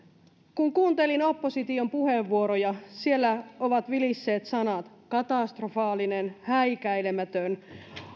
kun kuuntelin opposition puheenvuoroja siellä ovat vilisseet sanat katastrofaalinen häikäilemätön